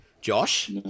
Josh